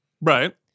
Right